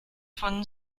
von